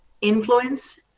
influence